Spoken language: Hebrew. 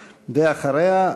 ואחריה,